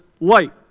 light